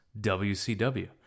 WCW